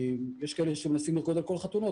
יש כאלה שמנסים לרקוד על כל החתונות,